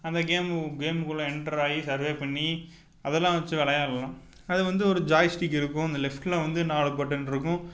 அந்த கேம்மு கேமுக்குள்ளே எண்ட்டர் ஆகி சர்வே பண்ணி அதெலாம் வச்சு விளையாட்லாம் அது வந்து ஒரு ஜாய்ஸ்டிக் இருக்கும் அந்த லெஃப்ட்டில் வந்து நாலு பட்டன் இருக்கும்